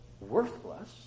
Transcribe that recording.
worthless